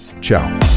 Ciao